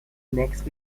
next